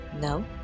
No